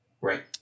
Right